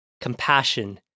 compassion